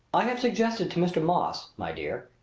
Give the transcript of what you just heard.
i have suggested to mr. moss, my dear,